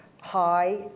high